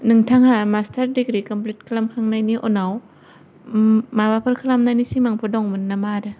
नोंथांआ मासथार दिग्रि खमफ्लिद खालाम खांनायनि उनाव माबाफोर खालामनायनि सिमांफोर दंमोन नामा आरो